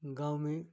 गाँव में